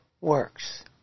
works